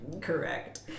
correct